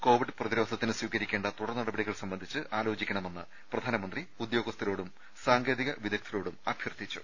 Covid പ്രതിരോധത്തിന് സ്വീകരിക്കേണ്ട തുടർനടപടികൾ സംബന്ധിച്ച് ആലോചിക്കണമെന്ന് പ്രധാമന്ത്രി ഉദ്യോഗസ്ഥരോടും സാങ്കേതിക വിദഗ്ധരോടും അഭ്യർത്ഥിച്ചു